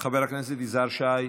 חבר הכנסת יזהר שי?